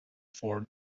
ford